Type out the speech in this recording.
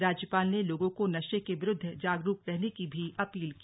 राज्यपाल लोगों को नशे के विरूद्ध जागरूक रहने की भी अपील की